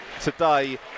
Today